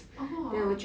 orh